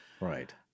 Right